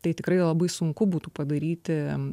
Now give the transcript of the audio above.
tai tikrai labai sunku būtų padaryti